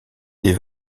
des